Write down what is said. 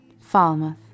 Falmouth